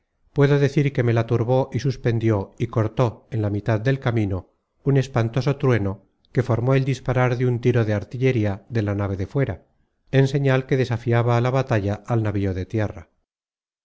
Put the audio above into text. puedo decir que me la turbó y suspendió y cortó en la mitad del camino un espantoso trueno que formó el disparar de un tiro de arti content from google book search generated at llería de la nave de fuera en señal que desafiaba á la batalla al navío de tierra